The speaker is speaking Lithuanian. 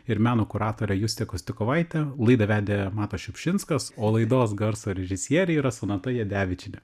ir meno kuratore juste kostikovaite laidą vedė matas šiupšinskas o laidos garso režisieriai yra sonata jadevičienė